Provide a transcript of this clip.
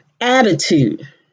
attitude